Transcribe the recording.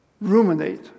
ruminate